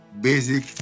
basic